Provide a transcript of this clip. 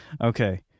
okay